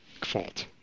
fault